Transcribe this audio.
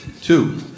Two